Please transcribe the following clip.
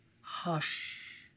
Hush